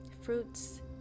fruits